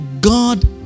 God